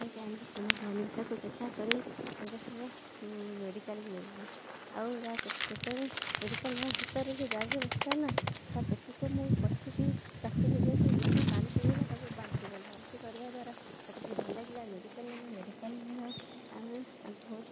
ଉଠେଇକି ଆଣି କୂଳକୁ ତାକୁ ଚେତା କରେଇ ସାଙ୍ଗେ ସାଙ୍ଗେ ମେଡ଼ିକାଲ୍ ବି ନେଇଗଲି ଆଉ ଯା ଯେତେବେଳେ ମେଡ଼ିକାଲ୍ ନେବା ଭିତରେ ସେ ଗାଡ଼ିରେ ବସିଲା ନାଁ ତା ପେଟକୁ ମୁଁ କଷିକି ଚାପିଲି ଯେକି ଯେତିକି ପାଣିପିଇ ଦେଇଥିଲା ସବୁ ବାନ୍ତି କଲା ବାନ୍ତି କରିବା ଦ୍ୱାରା ତା'ପରେ ଟିକେ ଭଲ ଲାଗିଲା ମେଡ଼ିକାଲ୍ ନେଲୁ ମେଡ଼ିକାଲ୍ ନେଲୁ